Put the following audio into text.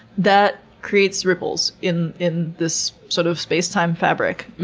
that creates ripples in in this, sort of, spacetime fabric,